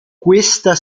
questa